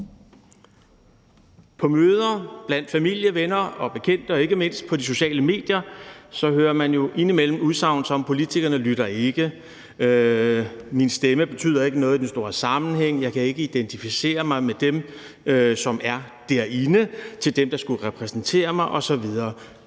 På møder og blandt familie og venner og bekendte og ikke mindst i de sociale medier hører man jo indimellem udsagn som: Politikerne lytter ikke; min stemmer betyder ikke noget i den store sammenhæng; jeg kan ikke identificere mig med dem, som er derinde og skulle repræsentere mig osv;